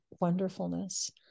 wonderfulness